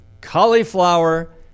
cauliflower